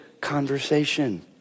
conversation